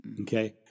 Okay